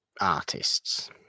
artists